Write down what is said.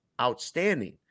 outstanding